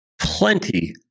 plenty